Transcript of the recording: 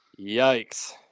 Yikes